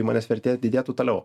įmonės vertė didėtų toliau